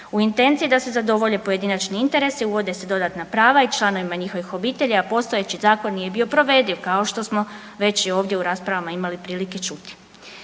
U intenciji je da se zadovolje pojedinačni interesi, uvode se dodatna prava i članovima njihovih obitelji, a postojeći zakon nije bio provediv kao što smo ovdje i u raspravama imali prilike čuti.